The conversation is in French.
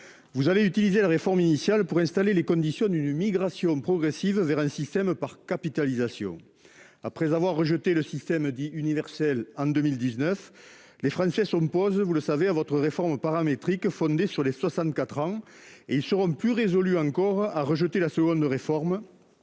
Vous allez utiliser la réforme initiale pour installer les conditions d'une migration progressive vers un système par capitalisation. Après avoir rejeté le système dit universel en 2019, les Français s'opposent- vous le savez -à votre réforme paramétrique fondée sur un départ à 64 ans. Ils seront plus résolus encore à rejeter la seconde réforme,